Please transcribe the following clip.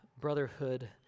brotherhood